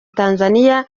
tanzania